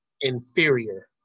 inferior